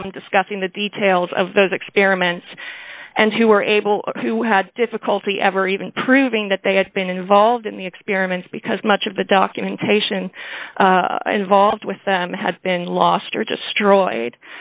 from discussing the details of those experiments and who were able to had difficulty ever even proving that they had been involved in the experiments because much of the documentation involved with them had been lost or destroyed